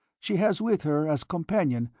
she has with her, as companion,